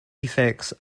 effects